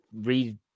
read